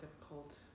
difficult